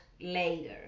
later